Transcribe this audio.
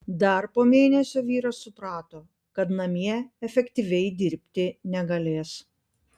dar po mėnesio vyras suprato kad namie efektyviai dirbti negalės